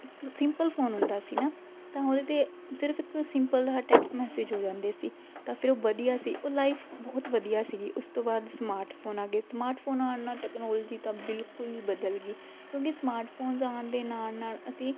ਇੱਕ simple phone ਹੁੰਦਾ ਸੀ ਨਾ ਤਾਂ ਉਹਦੇ 'ਤੇ ਸਿਰਫ ਇੱਕ ਸਿੰਪਲ ਟੈਕਸਟ ਮੈਸੇਜ ਹੋ ਜਾਂਦੇ ਸੀ ਤਾਂ ਫਿਰ ਉਹ ਵਧੀਆ ਸੀ ਉਹ ਲਾਈਫ ਬਹੁਤ ਵਧੀਆ ਸੀਗੀ ਉਸ ਤੋਂ ਬਾਅਦ ਸਮਾਰਟ ਫੋਨ ਆ ਗਏ ਸਮਾਰਟ ਫੋਨ ਆਉਣ ਨਾਲ ਟੈਕਨੋਲਜੀ ਤਾਂ ਬਿਲਕੁਲ ਹੀ ਬਦਲ ਗਈ ਕਿਉਂਕਿ ਸਮਾਰਟ ਫੋਨਸ ਆਉਣ ਦੇ ਨਾਲ਼ ਨਾਲ਼ ਅਸੀਂ